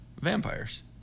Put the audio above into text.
vampires